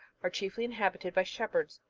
are chiefly inhabited by shepherds.